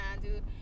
dude